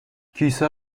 کیسه